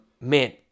Man